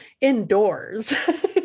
indoors